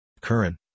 Current